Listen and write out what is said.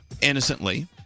innocently